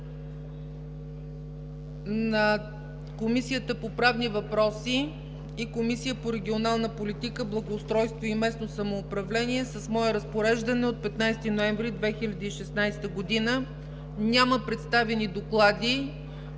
на Комисията по правни въпроси и Комисията по регионална политика, благоустройство и местно самоуправление с мое разпореждане от 15 ноември 2016 г. Няма представени доклади